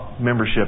membership